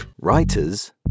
Writers